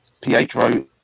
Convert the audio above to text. Pietro